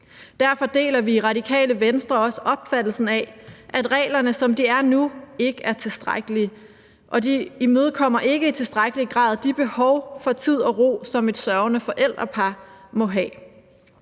Derfor deler vi i Radikale Venstre også opfattelsen af, at reglerne, som de er nu, ikke er tilstrækkelige, og de imødekommer ikke i tilstrækkelig grad de behov for tid og ro, som et sørgende forældrepar må have.